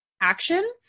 action